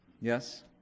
Yes